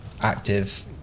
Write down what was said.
active